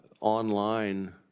online